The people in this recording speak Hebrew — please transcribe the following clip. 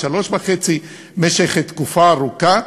3.5% במשך תקופה ארוכה,